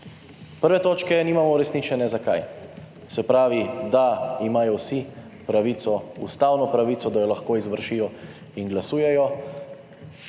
Prve točke nimamo uresničene zakaj, se pravi, da imajo vsi pravico, ustavno pravico, da jo lahko izvršijo in glasujejo?